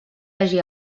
hagi